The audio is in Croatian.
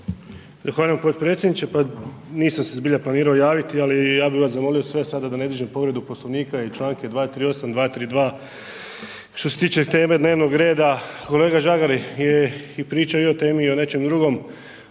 Hvala potpredsjedniče. Nisam se zbilja planirao javiti ali ja bih vas zamolio sve sada da ne dižem povredu Poslovnika i članak je 238., 232. što se tiče teme dnevnog reda, kolega Žagar je i pričao i o temi i o nečem drugom,